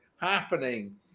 happening